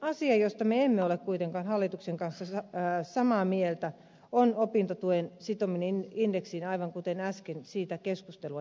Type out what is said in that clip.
asia josta me emme ole kuitenkaan hallituksen kanssa samaa mieltä on opintotuen sitominen indeksiin aivan kuten äsken siitä keskustelua jo käytiin